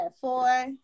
four